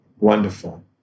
wonderful